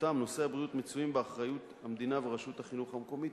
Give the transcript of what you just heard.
בטיחותם ונושאי הבריאות מצויים באחריות המדינה ורשות החינוך המקומית,